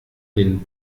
den